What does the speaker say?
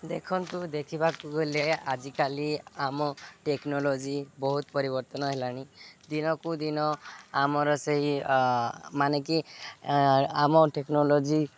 ଦେଖନ୍ତୁ ଦେଖିବାକୁ ଗଲେ ଆଜିକାଲି ଆମ ଟେକ୍ନୋଲୋଜି ବହୁତ ପରିବର୍ତ୍ତନ ହେଲାଣି ଦିନକୁ ଦିନ ଆମର ସେଇ ମାନେକି ଆମ ଟେକ୍ନୋଲୋଜି